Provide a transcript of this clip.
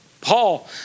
Paul